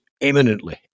eminently